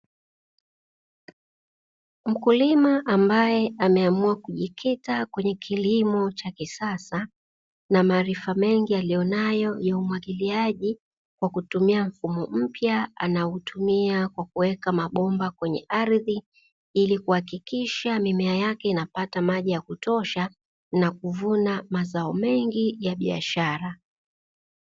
Mkulima ambaye ameamua kujikita kwenye kilimo cha kisasa, na maarifa mengi aliyonayo ya umwagiliaji kwa kutumia mfumo mpya anaoutumia kwa kuweka mabomba kwenye ardhi, ili kuhakikisha mimea yake inapata maji ya kutosha na kuvuna mazao mengi ya biashara.